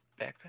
Backpack